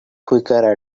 quicker